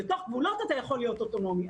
בתוך גבולות אתה יכול להיות אוטונומי.